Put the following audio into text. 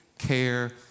care